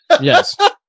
Yes